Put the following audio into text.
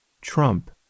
Trump